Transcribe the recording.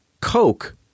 coke